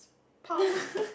pang